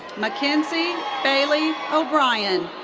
mackenzie bailey o'brien.